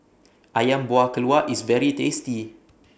Ayam Buah Keluak IS very tasty